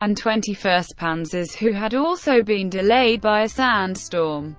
and twenty first panzers, who had also been delayed by a sandstorm.